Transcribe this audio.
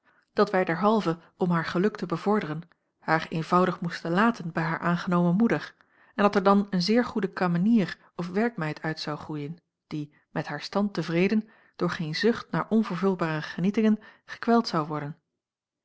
dat wij derhalve om haar geluk te bevorderen haar eenvoudig moesten laten bij haar aangenomen moeder en dat er dan een zeer goede kamenier of werkmeid uit zou groeien die met haar stand tevreden door geen zucht naar onvervulbare genietingen gekweld zou worden